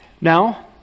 Now